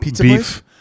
beef